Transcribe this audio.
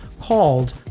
called